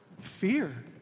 fear